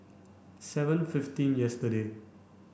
seven fifteen yesterday